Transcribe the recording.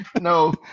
No